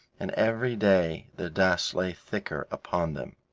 and every day the dust lay thicker upon them.